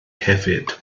hefyd